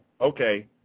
okay